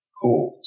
cool